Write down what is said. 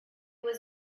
was